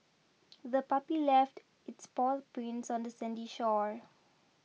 the puppy left its paw prints on the sandy shore